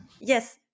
Yes